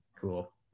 Cool